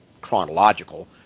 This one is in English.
chronological